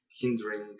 hindering